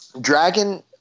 Dragon